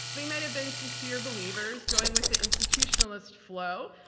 they might have been sincere believers going with the institutionalist flow,